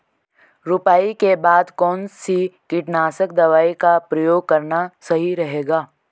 रुपाई के बाद कौन सी कीटनाशक दवाई का प्रयोग करना सही रहेगा?